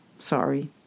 sorry